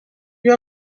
you